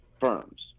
firms